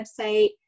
website